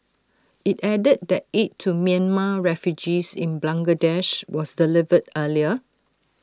IT added that aid to Myanmar refugees in Bangladesh was delivered earlier